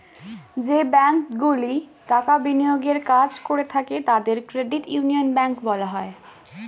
যে ব্যাঙ্কগুলি টাকা বিনিয়োগের কাজ করে থাকে তাদের ক্রেডিট ইউনিয়ন ব্যাঙ্ক বলা হয়